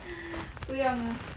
不用啦